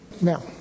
Now